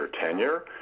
tenure